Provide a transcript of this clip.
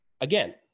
Again